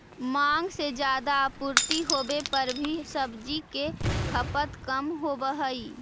माँग से ज्यादा आपूर्ति होवे पर भी सब्जि के खपत कम होवऽ हइ